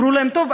שאמרו להם: טוב,